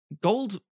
Gold